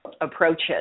approaches